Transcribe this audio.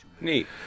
Neat